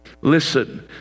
listen